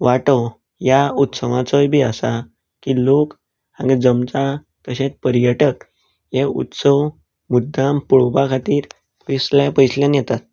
वांटो ह्या उत्सवांचोय बी आसा की लोक हांगा जमतात तशेंच पर्यटक हे उत्सव मुद्दाम पळोवपा खातीर पयसले पयसुल्यान येतात